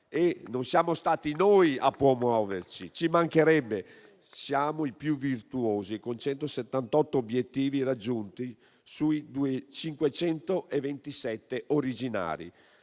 Non siamo stati noi a promuoverci, ci mancherebbe. Siamo i più virtuosi, con 178 obiettivi raggiunti sui 527 originari.